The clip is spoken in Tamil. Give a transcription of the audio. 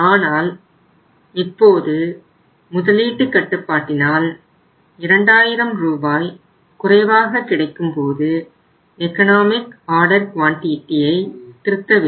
ஆனால் இப்போது முதலீட்டு கட்டுப்பாட்டினால் 2000 ரூபாய் குறைவாக கிடைக்கும்போது எக்கனாமிக் ஆர்டர் குவாண்டிடியை திருத்த வேண்டும்